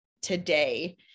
today